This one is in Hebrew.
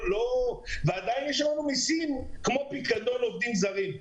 ועדיין יש לנו מסים כמו פיקדון של עובדים זרים.